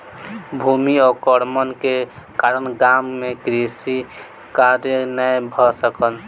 भूमि अवक्रमण के कारण गाम मे कृषि कार्य नै भ सकल